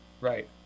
Right